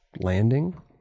landing